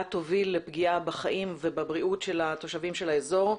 תוביל לפגיעה בחיים ובבריאות של התושבים של האזור.